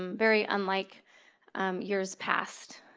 um very unlike years past,